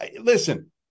listen